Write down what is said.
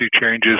changes